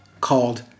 called